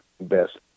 best